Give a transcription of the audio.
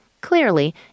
Clearly